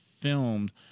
filmed